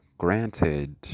Granted